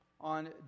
on